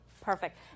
perfect